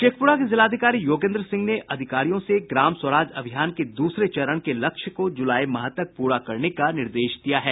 शेखपुरा के जिलाधिकारी योगेन्द्र सिंह ने अधिकारियों से ग्राम स्वराज अभियान के दूसरे चरण के लक्ष्य को जुलाई माह में पूरा करने का निर्देश दिया है